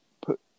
put